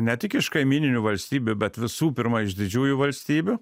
ne tik iš kaimyninių valstybių bet visų pirma iš didžiųjų valstybių